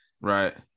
right